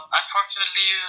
unfortunately